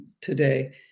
today